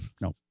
no